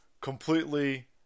Completely